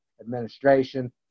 administration